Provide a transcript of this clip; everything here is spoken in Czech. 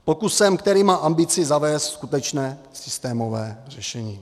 Pokusem, který má ambici zavést skutečné a systémové řešení.